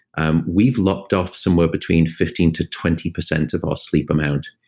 um we've lopped off somewhere between fifteen to twenty percent of our sleep amount.